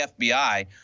FBI